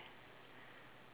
<S?